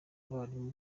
abarimu